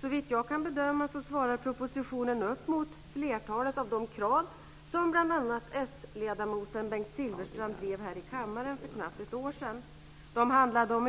Såvitt jag kan bedöma svarar propositionen upp mot flertalet av de krav som bl.a. s-ledamoten Bengt Silfverstrand drev här i kammaren för knappt ett år sedan. De handlade bl.a.